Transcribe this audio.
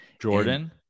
Jordan